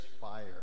fire